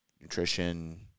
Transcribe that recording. nutrition